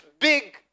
big